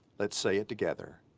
let's say it together.